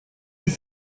dix